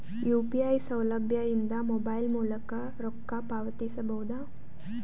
UPI ಸೌಲಭ್ಯ ಇಂದ mobile ಮೂಲಕ ರೊಕ್ಕ ಪಾವತಿಸ ಬಹುದಾ?